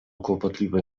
kłopotliwe